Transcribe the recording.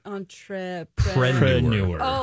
Entrepreneur